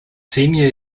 senior